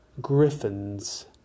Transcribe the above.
griffins